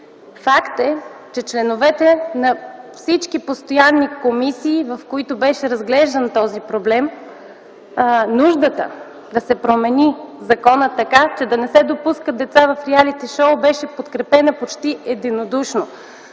Факт е, че от членовете на всички постоянни комисии, в които беше разглеждан този проблем, нуждата да се промени законът така, че да не се допускат деца в реалити шоу беше подкрепена почти единодушно.